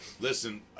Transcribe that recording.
Listen